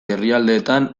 herrialdetan